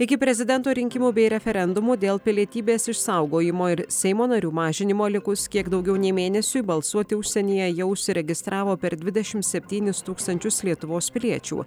iki prezidento rinkimų bei referendumų dėl pilietybės išsaugojimo ir seimo narių mažinimo likus kiek daugiau nei mėnesiui balsuoti užsienyje jau užsiregistravo per dvidešim septynis tūkstančius lietuvos piliečių